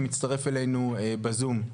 שמצטרף אלינו בזום.